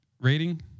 rating